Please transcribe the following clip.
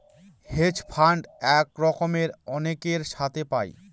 hedge fund এক রকমের অনেকের সাথে পায়